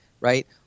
Right